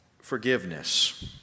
forgiveness